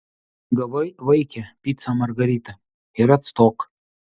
gavai vaike picą margaritą ir atstok